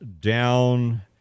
down